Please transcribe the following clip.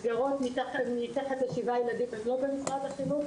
מסגרות מתחת לשבעה ילדים הם לא במשרד החינוך.